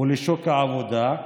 ולשוק העבודה,